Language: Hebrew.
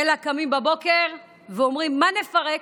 אלא קמים בבוקר ואומרים: מה נפרק,